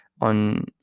on